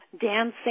dancing